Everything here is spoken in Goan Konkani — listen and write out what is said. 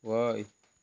वयर